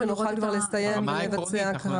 ברמה העקרונית.